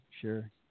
sure